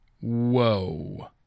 Whoa